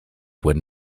were